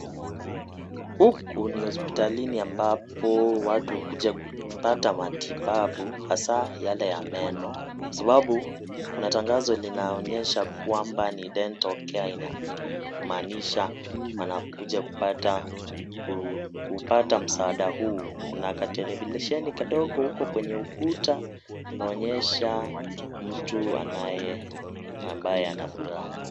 Huku ni hospitalini ambapo watu hukuja kupata matibabu hasa yale ya meno sababu kuna tangazo inayoonyesha kwamba ni dental care na inamaanisha wanakuja kupata msaada huu kuna ka teleisheni huko kwenye kuta kanaonyesha mtu ambaye ana furaha.